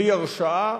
בלי הרשעה,